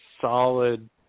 solid